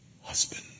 husband